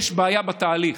יש בעיה בתהליך.